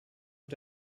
und